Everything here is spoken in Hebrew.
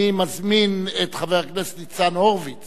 אני מזמין את חבר הכנסת ניצן הורוביץ